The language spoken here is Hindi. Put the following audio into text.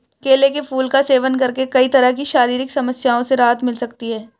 केले के फूल का सेवन करके कई तरह की शारीरिक समस्याओं से राहत मिल सकती है